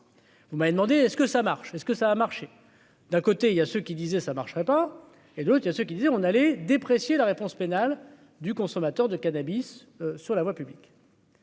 Vous m'avez demandé est-ce que ça marche est-ce que ça a marché : d'un côté, il y a ceux qui disait ça marcherait pas et l'autre, il y a ce qu'qui disait on allait déprécier la réponse pénale du consommateur de cannabis sur la voie publique.